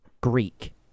Greek